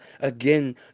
again